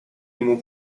нему